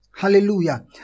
Hallelujah